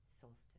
solstice